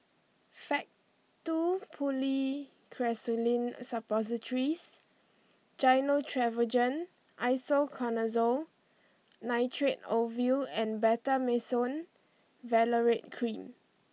Faktu Policresulen Suppositories Gyno Travogen Isoconazole Nitrate Ovule and Betamethasone Valerate Cream